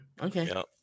Okay